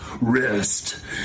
rest